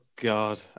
God